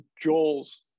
Joel's